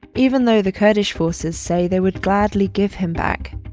even though the kurdish forces say they would gladly give him back.